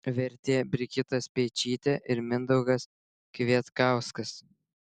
vertė brigita speičytė ir mindaugas kvietkauskas